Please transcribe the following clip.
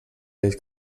lleis